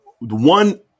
one